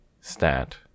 Stat